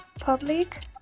Public